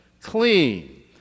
clean